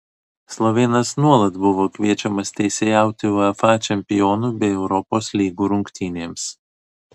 slovėnas nuolat buvo kviečiamas teisėjauti uefa čempionų bei europos lygų rungtynėms